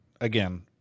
again